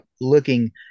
looking